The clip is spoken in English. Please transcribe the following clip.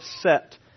set